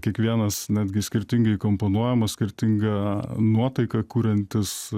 kiekvienas netgi skirtingai įkomponuojamas skirtingą nuotaiką kuriantis